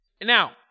Now